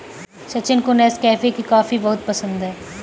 सचिन को नेस्कैफे की कॉफी बहुत पसंद है